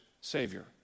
savior